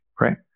right